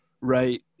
right